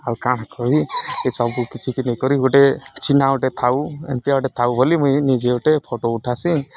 ଆଉ କାଣା କରି ଏସବୁ କିଛି କେ ନେଇ କରି ଗୁଟେ ଚିହ୍ନା ଗୁଟେ ଥାଉ ଏମିତିଆ ଗୁଟେ ଥାଉ ବୋଲି ମୁଇଁ ନିଜେ ଗୁଟେ ଫଟୋ ଉଠାସି